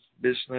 business